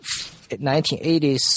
1980s